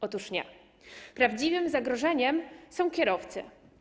Otóż nie, prawdziwym zagrożeniem są kierowcy.